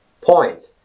point